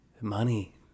money